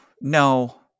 No